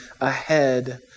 ahead